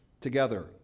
together